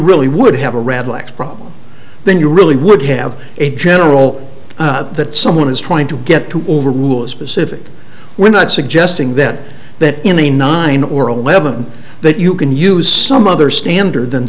really would have a red lax problem then you really would have a general that someone is trying to get to overrule a specific we're not suggesting that that in a nine or eleven that you can use some other standard than